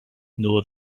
know